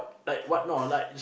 fought